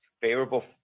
favorable